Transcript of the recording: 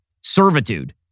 servitude